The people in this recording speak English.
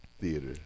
theater